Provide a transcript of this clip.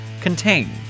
Contain